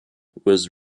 was